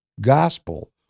gospel